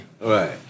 right